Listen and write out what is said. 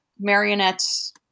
marionettes